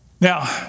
Now